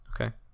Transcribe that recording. okay